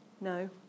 No